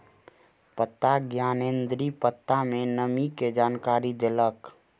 पत्ता ज्ञानेंद्री पत्ता में नमी के जानकारी देलक